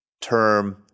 term